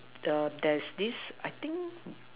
the there's this I think